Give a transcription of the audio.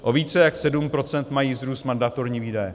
O více jak 7 % mají vzrůst mandatorní výdaje.